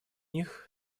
них